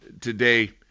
today